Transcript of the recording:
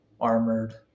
armored